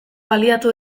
baliatu